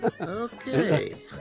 Okay